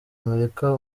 amerika